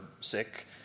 sick